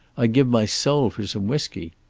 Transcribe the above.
i'd give my soul for some whisky.